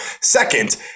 Second